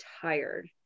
tired